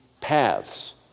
paths